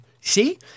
See